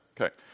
Okay